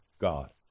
God